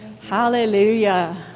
Hallelujah